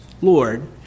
Lord